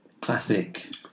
Classic